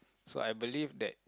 so I believe that